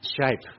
Shape